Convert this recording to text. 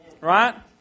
Right